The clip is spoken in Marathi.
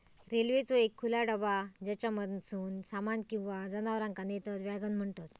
रेल्वेचो एक खुला डबा ज्येच्यामधसून सामान किंवा जनावरांका नेतत वॅगन म्हणतत